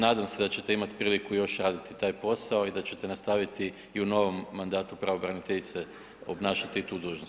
Nadam se da ćete imati priliku još raditi taj posao i da ćete nastaviti u novom mandatu pravobraniteljice obnašati tu dužnost.